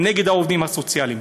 נגד העובדים הסוציאליים.